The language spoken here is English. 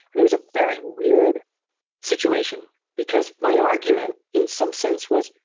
and it was a very weird situation, because my argument in some sense was,